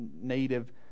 native